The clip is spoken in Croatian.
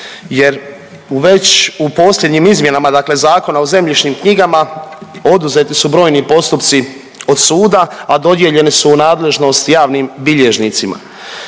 jer već u posljednjim izmjenama dakle Zakona o zemljišnim knjigama oduzeti su brojni postupci od suda, a dodijeljeni su u nadležnost javnim bilježnicima.